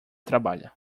trabalha